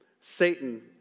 Satan